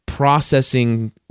processing